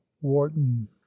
wharton